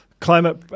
climate